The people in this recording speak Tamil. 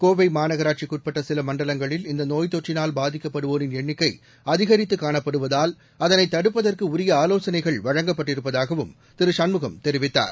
கோவைமாநகராட்சிக்குட்பட்டசிலமண்டலங்களில் இந்தநோய் தொற்றினால் பாதிக்கப்படுவோரின் எண்ணிக்கைஅதிகரித்துகாணப்படுவதால் அதனைதடுப்பதற்குஉரியஆலோசனைகள் வழங்கப்பட்டிருப்பதாகவும் திருசண்முகம் தெரிவித்தார்